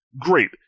great